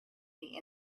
see